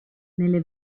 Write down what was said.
nelle